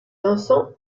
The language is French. dansant